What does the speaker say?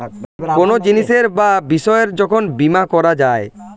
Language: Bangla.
কোনো জিনিসের বা বিষয়ের যখন বীমা করা যায়